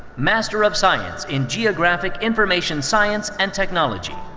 master of science in geographic information science and technology.